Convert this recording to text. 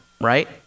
right